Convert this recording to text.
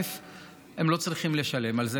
הם לא צריכים לשלם על זה,